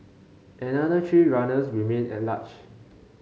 another three runners remain at large